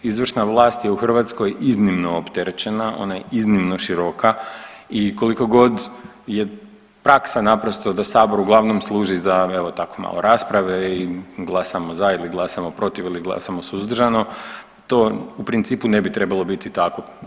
Izvršna vlast je u Hrvatskoj iznimno opterećena, ona je iznimno široka i koliko god je praksa naprosto da sabor uglavnom služi za evo tako malo rasprave i glasamo za ili glasamo protiv ili glasamo suzdržano, to u principu ne bi trebalo biti tako.